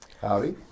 Howdy